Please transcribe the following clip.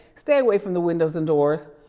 stay away from the windows and doors,